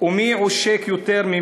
ישמרני